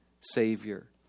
Savior